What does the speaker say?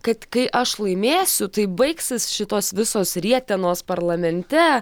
kad kai aš laimėsiu tai baigsis šitos visos rietenos parlamente